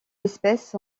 espèces